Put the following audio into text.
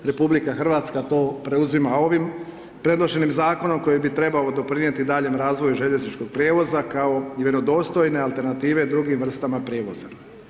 RH to preuzima ovim predloženim zakonom koji bi trebao doprinijeti daljnjem razvoju željezničkog prijevoza kao i vjerodostojne alternative drugim vrstama prijevoza.